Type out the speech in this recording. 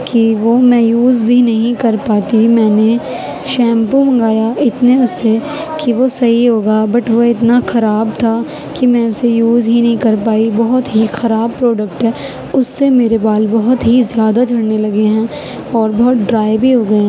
کہ وہ میں یوز بھی نہیں کر پاتی میں نے شیمپو منگایا اتنے اس سے کہ وہ صحیح ہوگا بٹ وہ اتنا خراب تھا کہ میں اسے یوز ہی نہیں کر پائی بہت ہی خراب پروڈکٹ ہے اس سے میرے بال بہت ہی زیادہ جھڑنے لگے ہیں اور بہت ڈرائی بھی ہو گئے ہیں